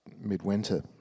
midwinter